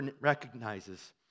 recognizes